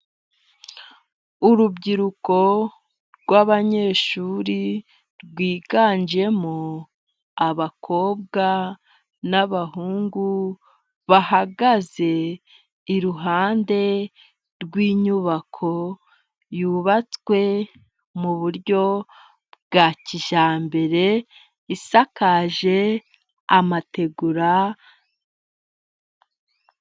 Urubyiruko rw'abanyeshuri rwiganjemo abakobwa n'abahungu, bahagaze iruhande rw'inyubako yubatswe mu buryo bwa kijyambere isakaje amategura....